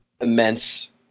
immense